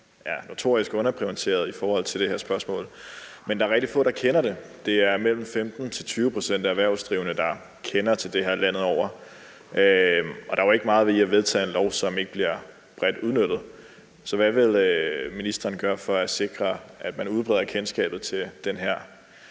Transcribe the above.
som notorisk er underprioriterede i forhold til det her spørgsmål. Men der er rigtig få, der kender det. Det er mellem 15 og 20 pct. af erhvervsdrivende, der kender til det her, landet over, og der er jo ikke meget ved at vedtage en lov, som ikke bliver bredt udnyttet. Så hvad vil ministeren gøre for at sikre, at man udbreder kendskabet til den her